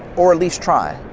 or at least try,